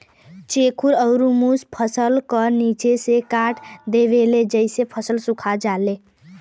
चेखुर अउर मुस फसल क निचे से काट देवेले जेसे फसल सुखा जाला